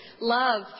love